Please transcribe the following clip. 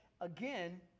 again